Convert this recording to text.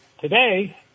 Today